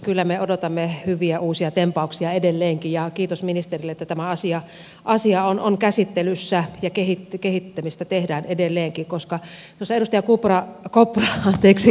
kyllä me odotamme hyviä uusia tempauksia edelleenkin ja kiitos ministerille että tämä asia on käsittelyssä ja kehittämistä tehdään edelleenkin